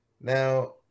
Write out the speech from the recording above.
Now